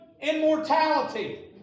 immortality